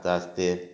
তার আস্ত